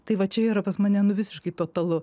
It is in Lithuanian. tai va čia yra pas mane nu visiškai totalu